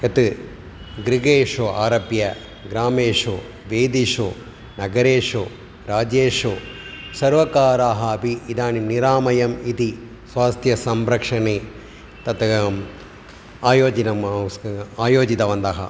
यत् गृहेषु आरभ्य ग्रामेषु वीथीषु नगरेषु राज्येषु सर्वकाराः अपि इदानीं निरामयम् इति स्वास्थ्यसंरक्षणे तत् अहम् आयोजनम् अवस् आयोजितवन्तः